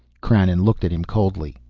krannon looked at him coldly.